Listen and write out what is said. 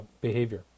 behavior